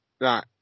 right